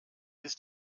ist